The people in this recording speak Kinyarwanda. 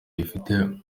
yifitemo